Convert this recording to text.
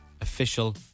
official